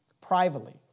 privately